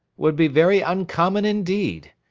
would be very uncommon indeed.